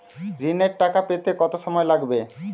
ঋণের টাকা পেতে কত সময় লাগবে?